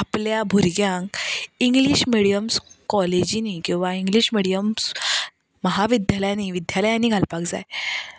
आपल्यां भुरग्यांक English mediums कॉलेजींनी किंवा इंग्लीश मिडियम्स महाविद्यालयांनी विद्यालयांनी घालपाक जाय